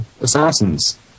assassins